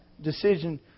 decision